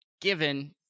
given